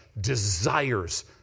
desires